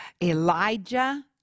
Elijah